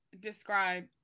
describe